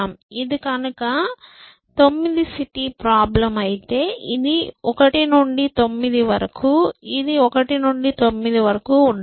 ఇది కనుక 9 city problem అయితే ఇది 1 నుండి 9 వరకు ఇది 1 నుండి 9 వరకు ఉంటుంది